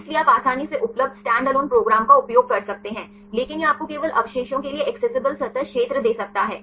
इसलिए आप आसानी से उपलब्ध स्टैंडअलोन प्रोग्राम का उपयोग कर सकते हैं लेकिन यह आपको केवल अवशेषों के लिए एक्सेसिबल सतह क्षेत्र दे सकता है